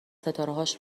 ستارههاش